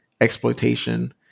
exploitation